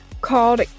called